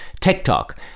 TikTok